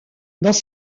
dans